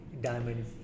diamond